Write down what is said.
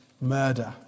murder